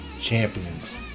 champions